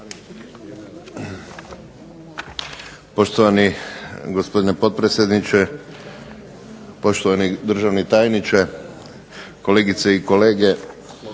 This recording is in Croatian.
Poštovani gospodine potpredsjedniče, poštovani državni tajniče, kolegice i kolege.